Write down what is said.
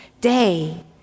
day